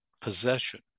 possession